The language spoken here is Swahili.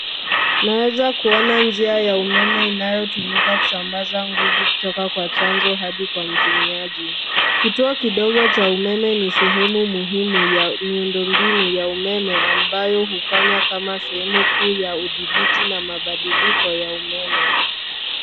Naweza kuona njia ya umeme inayotumika kusambaza nguvu kutoka kwa chanzo hadi kwa mtumiaji. Kituo kidogo cha umeme ni sehemu muhimu ya miundombinu ya umeme ambayo hufanya kama sehemu kuu ya udhibiti na mabadiliko ya umeme.